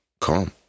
calm